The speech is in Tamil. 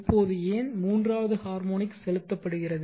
இப்போது ஏன் மூன்றாவது ஹார்மோனிக் செலுத்தப்படுகிறது